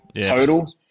total